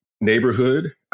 neighborhood